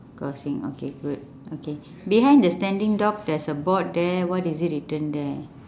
crossing okay good okay behind the standing dog there is a board there what is it written there